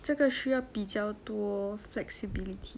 这个需要比较多 flexibility